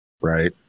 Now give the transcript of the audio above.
right